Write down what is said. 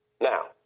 Now